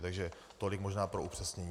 Takže tolik možná pro upřesnění.